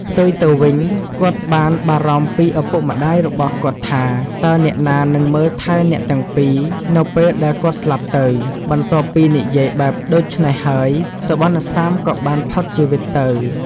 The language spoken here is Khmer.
ផ្ទុយទៅវិញ គាត់បានបារម្ភពីឪពុកម្ដាយរបស់គាត់ថា តើអ្នកណានឹងមើលថែអ្នកទាំងពីរនៅពេលដែលគាត់ស្លាប់ទៅ បន្ទាប់ពីនិយាយបែបដូច្នេះហើយសុវណ្ណសាមក៏បានផុតជីវិតទៅ។